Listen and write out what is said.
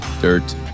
Dirt